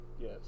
Yes